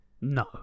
no